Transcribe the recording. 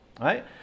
right